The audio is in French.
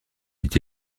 dit